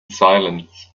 silence